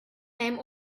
name